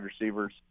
receivers